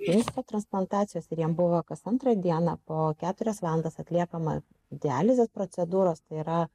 inksto transplantacijos ir jam buvo kas antrą dieną po keturias valandas atliekama dializės procedūros tai yra